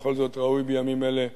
בכל זאת ראוי בימים אלה שיישמעו,